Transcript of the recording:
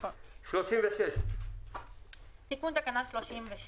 36. תיקון תקנה 36